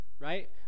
right